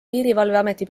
piirivalveameti